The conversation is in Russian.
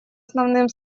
основным